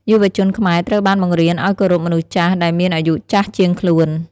យុវជនខ្មែរត្រូវបានបង្រៀនឱ្យគោរពមនុស្សចាស់ដែលមានអាយុចាស់ជាងខ្លួន។